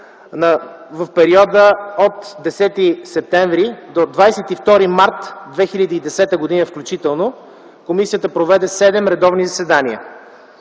в периода от 10 септември до 22 март 2010 г., включително, комисията проведе 7 редовни заседания.